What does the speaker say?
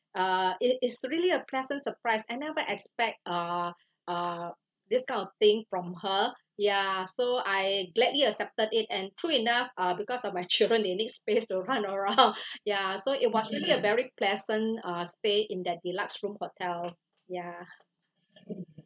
uh it is really a pleasant surprise I never expect uh uh this kind of thing from her ya so I gladly accepted it and true enough uh because of my children they need space to run around ya so it was really a very pleasant uh stay in that deluxe room hotel ya